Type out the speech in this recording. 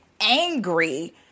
angry